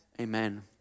Amen